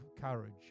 courage